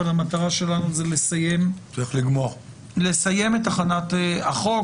אבל המטרה שלנו היא לסיים את הכנת החוק.